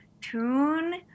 tune